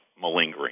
malingering